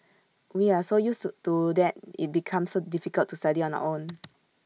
we are so used to that IT becomes difficult to study on our own